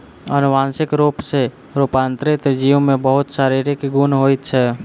अनुवांशिक रूप सॅ रूपांतरित जीव में बहुत शारीरिक गुण होइत छै